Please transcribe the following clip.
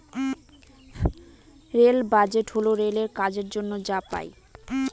rail budget হল রেলের কাজের জন্য যা পাই